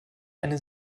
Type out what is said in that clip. eine